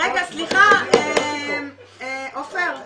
סליחה עופר,